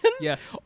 yes